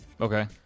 Okay